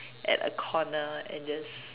at a corner and just